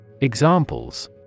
Examples